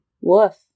Woof